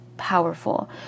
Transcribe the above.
powerful